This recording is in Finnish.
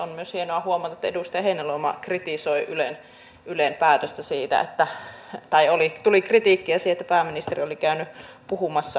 on myös hienoa huomata että edustaja heinäluoma kritisoi ylen päätöstä tai tuli kritiikkiä siitä että pääministeri oli käynyt puhumassa yleisradiossa